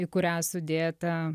į kurią sudėta